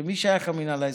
למי שייך המינהל האזרחי?